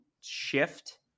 shift